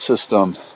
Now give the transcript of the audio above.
system